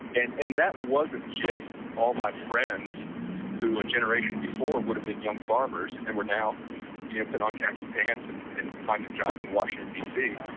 and and that wasn't just all my friends who were a generation before would have been young farmers and were now you know put on khaki pants and and finding jobs in washington dc,